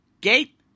Gate